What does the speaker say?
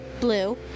blue